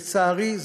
לצערי,